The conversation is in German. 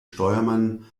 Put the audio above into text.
steuermann